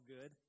good